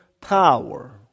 power